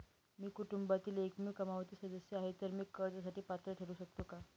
मी कुटुंबातील एकमेव कमावती सदस्य आहे, तर मी कर्जासाठी पात्र ठरु शकतो का?